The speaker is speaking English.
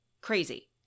Crazy